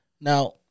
Now